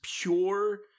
pure